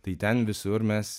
tai ten visur mes